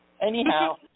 Anyhow